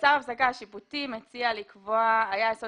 צו הפסקה שיפוטי מציע לקבוע ש"היה יסוד